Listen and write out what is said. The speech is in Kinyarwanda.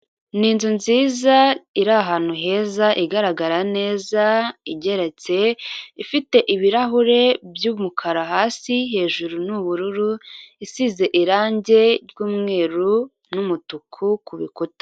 Ni inzu nziza, iri ahantu heza, igaragara neza, igeretse, ifite ibirahure by'umukara hasi, hejuru ni ubururu, isize irangi ryumweru n'umutuku ku rukuta.